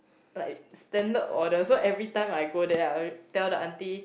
like standard order so every time I go there I tell the aunty